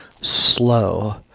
slow